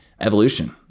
evolution